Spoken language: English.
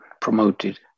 promoted